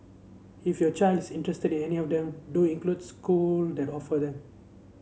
if your child is interested in any of them do includes school that offer them